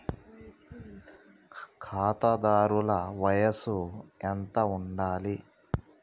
ఖాతాదారుల వయసు ఎంతుండాలి?